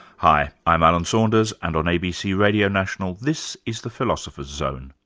hi, i'm alan saunders and on abc radio national, this is the philosopher's zone.